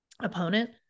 opponent